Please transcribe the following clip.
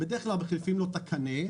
בדרך כלל מחליפים לו את הקנה,